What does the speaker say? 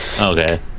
Okay